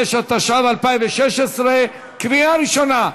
55), התשע"ו 2016, קריאה ראשונה.